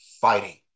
fighting